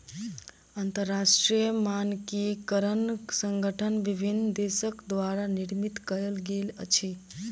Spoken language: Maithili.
अंतरराष्ट्रीय मानकीकरण संगठन विभिन्न देसक द्वारा निर्मित कयल गेल अछि